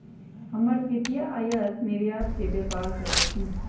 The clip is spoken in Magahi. हमर पितिया आयात निर्यात के व्यापार करइ छिन्ह